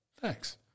Thanks